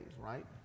right